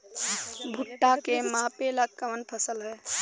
भूट्टा के मापे ला कवन फसल ह?